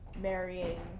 marrying